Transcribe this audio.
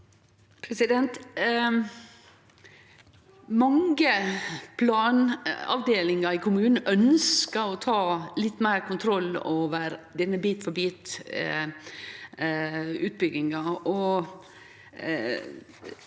Mange plan- avdelingar i kommunane ønskjer å ta litt meir kontroll over denne bit-for-bit-utbygginga.